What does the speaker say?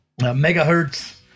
Megahertz